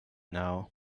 now